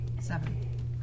seven